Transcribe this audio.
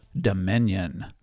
dominion